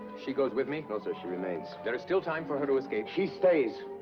she goes with me? no sir, she remains. there is still time for her to escape she stays!